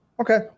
Okay